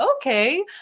okay